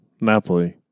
Napoli